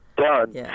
done